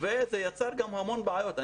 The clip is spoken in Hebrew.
וזה יצר גם המון בעיות.